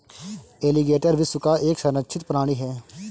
alligator विश्व का एक संरक्षित प्राणी है